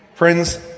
Friends